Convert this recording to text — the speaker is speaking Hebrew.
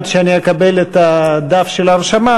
עד שאני אקבל את דף ההרשמה,